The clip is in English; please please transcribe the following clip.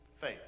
faith